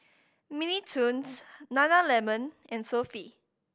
Mini Toons Nana Lemon and Sofy